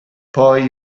poi